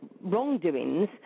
wrongdoings